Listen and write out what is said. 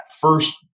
first